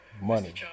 money